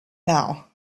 now